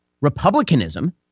Republicanism